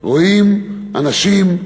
רואים אנשים,